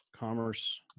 commerce